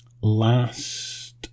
last